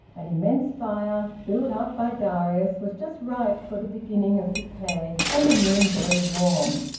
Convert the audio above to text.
an immense fire, built up by darius, was just ripe for the beginning of decay, and the room very warm.